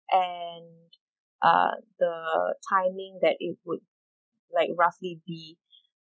and uh the timing that it would like roughly be